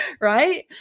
right